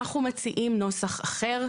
אנחנו מציעים נוסח אחר,